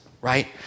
right